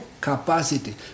Capacity